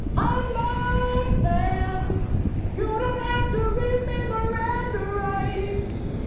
ah unmarked van you don't have to read me miranda rights.